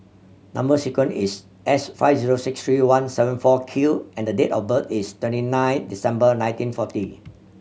number sequence is S five zero six three one seven four Q and date of birth is twenty nine December nineteen forty